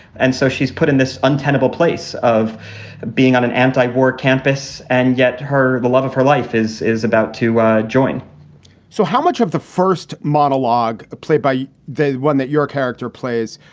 and so she's put in this untenable place of being on an anti-war campus. and yet her the love of her life is is about to join so how much of the first monologue ah played by the one that your character plays,